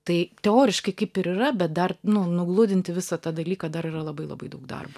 tai teoriškai kaip ir yra bet dar nu nugludinti visą tą dalyką dar yra labai labai daug darbo